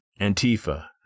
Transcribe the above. Antifa